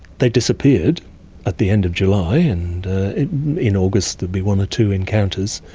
they disappeared at the end of july and in august there'd be one or two encounters,